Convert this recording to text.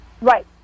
Right